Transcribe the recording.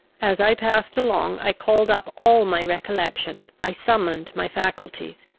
as i passed along i called up all my recollection, i summoned my faculties.